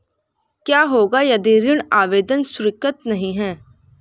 क्या होगा यदि ऋण आवेदन स्वीकृत नहीं है?